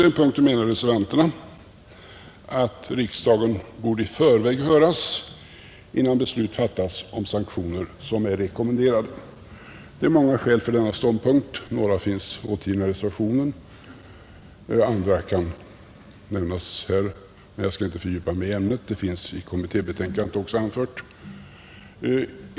Reservanterna menar att riksdagen borde i förväg höras innan beslut fattas om sanktioner som är rekommenderade. Det är många skäl för denna ståndpunkt. Några finns återgivna i reservationen. Andra kan nämnas här, men jag skall inte fördjupa mig i ämnet. De är också anförda i kommittébetänkandet.